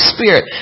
Spirit